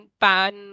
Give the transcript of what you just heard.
pan